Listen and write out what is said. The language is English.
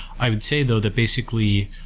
i would say though that basically